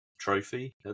trophy